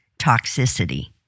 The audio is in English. toxicity